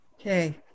Okay